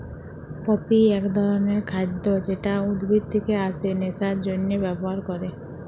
poppy এক ধরণের খাদ্য যেটা উদ্ভিদ থেকে আসে নেশার জন্হে ব্যবহার ক্যরে